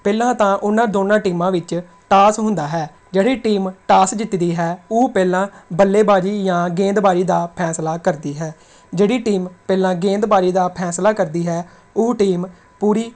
ਪਹਿਲਾਂ ਤਾਂ ਉਹਨਾਂ ਦੋਨਾਂ ਟੀਮਾਂ ਵਿੱਚ ਟਾਸ ਹੁੰਦਾ ਹੈ ਜਿਹੜੀ ਟੀਮ ਟਾਸ ਜਿੱਤਦੀ ਹੈ ਉਹ ਪਹਿਲਾਂ ਬੱਲੇਬਾਜ਼ੀ ਜਾਂ ਗੇਂਦਬਾਜ਼ੀ ਦਾ ਫੈਸਲਾ ਕਰਦੀ ਹੈ ਜਿਹੜੀ ਟੀਮ ਪਹਿਲਾਂ ਗੇਂਦਬਾਜ਼ੀ ਦਾ ਫੈਸਲਾ ਕਰਦੀ ਹੈ ਉਹ ਟੀਮ ਪੂਰੀ